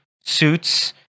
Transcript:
suits